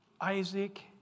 Isaac